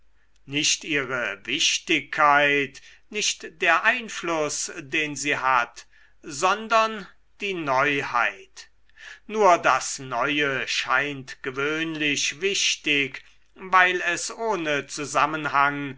nicht ihre wichtigkeit nicht der einfluß den sie hat sondern die neuheit nur das neue scheint gewöhnlich wichtig weil es ohne zusammenhang